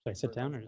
sit down, or all